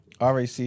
RAC